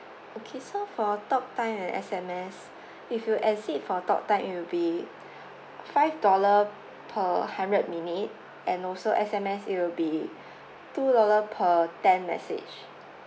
okay so for talk time and S_M_S if you exceed for talk time it will be five dollar per hundred minute and also S_M_S it will be two dollar per ten message